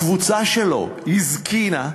הקבוצה שלו הזקינה,